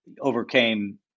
overcame